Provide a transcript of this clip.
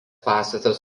pastatas